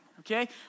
Okay